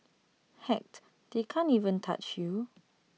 heck they can't even touch you